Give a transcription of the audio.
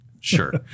Sure